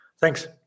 Thanks